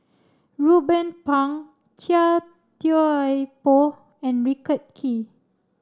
Ruben Pang Chia Thye Poh and Kee